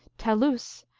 taloose,